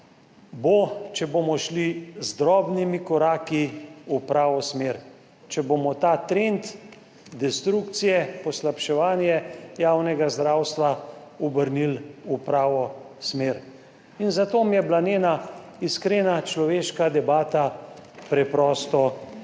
bo, če bomo šli z drobnimi koraki v pravo smer, če bomo ta trend destrukcije, poslabševanje javnega zdravstva obrnili v pravo smer in zato mi je bila njena iskrena človeška debata preprosto všeč.